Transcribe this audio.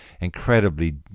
incredibly